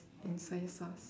and soya sauce